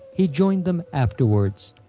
he joined them afterwards.